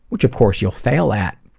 which of course you'll fail at,